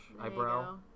eyebrow